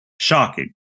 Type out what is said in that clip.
Shocking